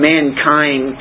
Mankind